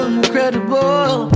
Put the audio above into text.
incredible